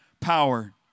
power